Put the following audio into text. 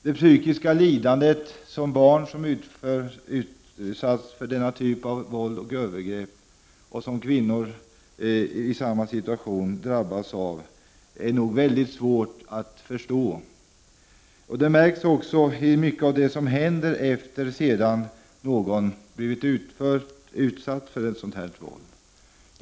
Det psykiska lidande som barn som utsatts för denna typ av våld och övergrepp, liksom kvinnor i samma situation, drabbas av är nog väldigt svårt att förstå. Det märks på mycket av det som händer efter det att någon har blivit utsatt för sådant våld.